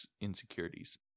insecurities